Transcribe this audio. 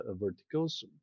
verticals